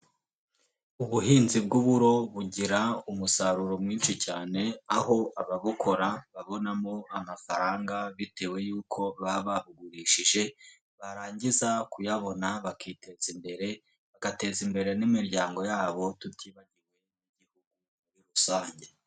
Ubuhinzi bw'uburo bugira umusaruro mwinshi cyane aho ababukora babonamo amafaranga bitewe y'uko baba babugurishije, barangiza kuyabona bakiteza imbere bagateza imbere n'imiryango yabo tutibagiwe n'Igihugu muri rusange.